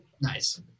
Nice